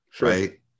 right